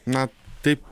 na taip